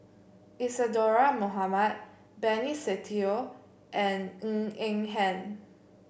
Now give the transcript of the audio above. Isadhora Mohamed Benny Se Teo and Ng Eng Hen